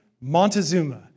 Montezuma